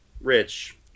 Rich